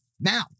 Now